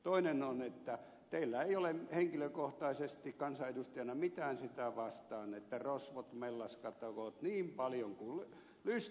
toinen on että teillä ei ole henkilökohtaisesti kansanedustajana mitään sitä vastaan että rosvot mellastakoot niin paljon kuin lystäävät